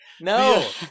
No